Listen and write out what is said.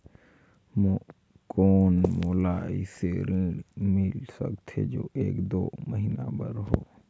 कौन मोला अइसे ऋण मिल सकथे जो एक दो महीना बर हो?